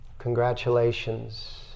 Congratulations